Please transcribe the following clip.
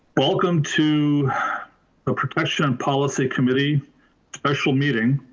welcome to the protection policy committee special meeting,